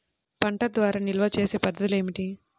పంట తర్వాత నిల్వ చేసే పద్ధతులు ఏమిటి?